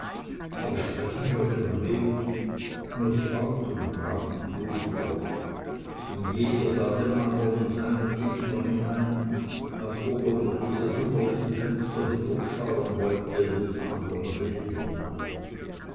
aber sprechen hörte man wenig nur die augen brannten dunkler und jeder sah dem andern in seine tiefer hinein als ob er durch diese wunderlichen fenster hindurchschauen wollte in des andern seele hinab